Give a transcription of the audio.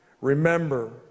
Remember